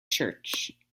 church